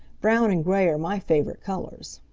brown and gray are my favorite colors.